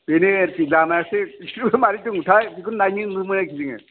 बेनो आरोखि जामायासो बिसिबो माबोरै दंथाय बेखौ नायनो नंदोंमोन आरो जोङो